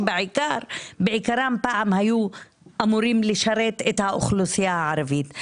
שבעיקרן פעם היו אמורות לשרת את האוכלוסייה הערבית?